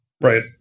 Right